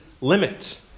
limit